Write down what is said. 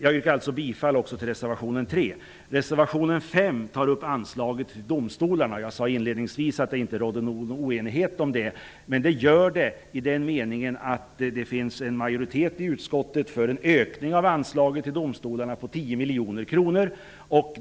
Något utförligt tänkte jag även beröra reservation Inledningsvis sade jag att det inte rådde någon oenighet om det. Men det gör det i den meningen att det finns en majoritet i utskottet för en ökning av anslaget till domstolarna på 10 miljoner kronor.